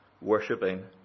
worshipping